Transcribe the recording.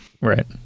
right